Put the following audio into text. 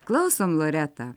klausom loreta